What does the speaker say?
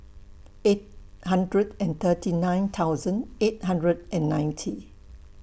eight hundred and thirty nine thousand eight hundred and ninety